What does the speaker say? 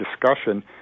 discussion